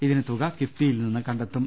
ഇതിന് തുക കിഫ്ബിയിൽ നിന്ന് കണ്ടെത്തും